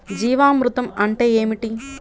జీవామృతం అంటే ఏమిటి?